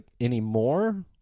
anymore